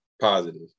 positive